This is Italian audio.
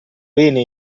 bene